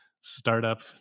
startup